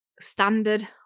standard